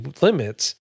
limits